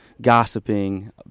gossiping